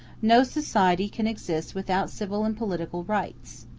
no society can exist without civil and political rights.